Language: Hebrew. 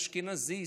אשכנזי,